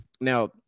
now